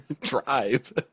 Drive